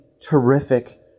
terrific